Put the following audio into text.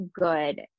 good